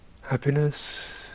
happiness